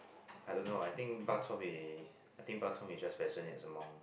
I don't know I think bak chor mee I think bak chor mee just as among